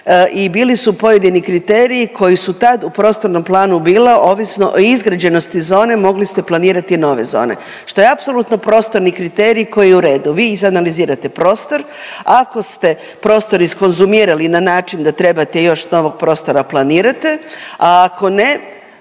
i bili su pojedini kriteriji koji su tad u prostornom bile ovisno o izgrađenosti zone mogli ste planirati nove zone što je apsolutno prostorni kriterij koji je u redu. Vi izanalizirate prostor, ako ste izkonzumirali na način da trebate još novog prostora planirate, a ako ne